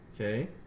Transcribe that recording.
Okay